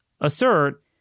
assert